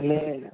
లేదు